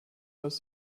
dass